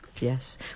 Yes